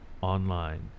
online